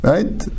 Right